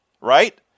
right